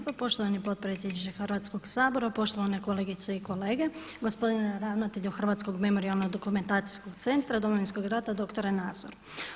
poštovani potpredsjedniče Hrvatskog sabora, poštovane kolegice i kolege, gospodine ravnatelju Hrvatskog memorijalno-dokumentacijskog centra Domovinskog rata doktore Nazor.